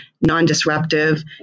non-disruptive